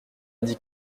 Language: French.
dit